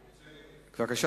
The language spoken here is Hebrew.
בבקשה,